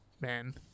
Man